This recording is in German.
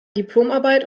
diplomarbeit